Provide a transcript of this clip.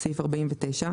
סעיף 49,